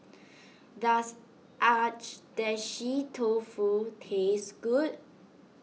does Agedashi Dofu taste good